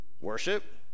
Worship